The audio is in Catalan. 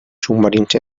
submarins